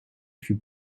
fut